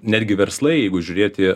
netgi verslai jeigu žiūrėti